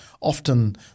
Often